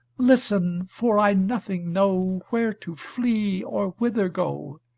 listen, for i nothing know where to flee or whither go.